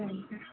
சரிங்க சார்